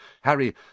Harry